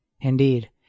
Indeed